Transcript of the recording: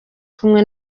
kumwe